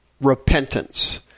repentance